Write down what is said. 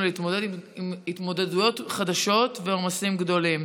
להתמודד התמודדויות חדשות ועם עומסים גדולים,